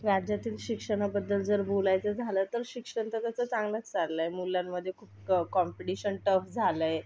राज्यातील शिक्षणाबद्दल जर बोलायचं झालं तर शिक्षण तसं तर चांगलंच चाललं आहे मुलांमध्ये खूप कॉम्पिटिशन टफ झालं आहे